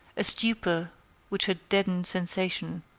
a stupor which had deadened sensation,